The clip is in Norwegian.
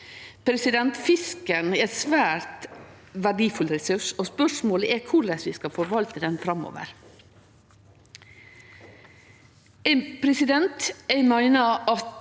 Fisken er ein svært verdifull ressurs, og spørsmålet er korleis vi skal forvalte han framover.